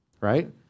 right